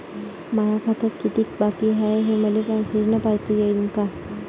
माया खात्यात कितीक बाकी हाय, हे मले मेसेजन पायता येईन का?